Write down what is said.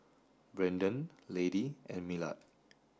Brandan Lady and Millard